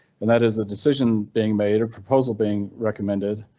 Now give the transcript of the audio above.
and that is a decision being made. a proposal being recommended